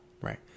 Right